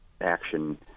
action